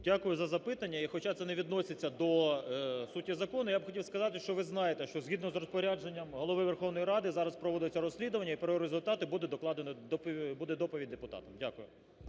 Дякую за запитання. І хоча це не відноситься до суті закону, я б хотів сказати, що ви знаєте, що, згідно з розпорядженням голови Верховної Ради, зараз проводиться розслідування і про результати буде докладено, буде доповідь депутатам. Дякую.